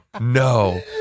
no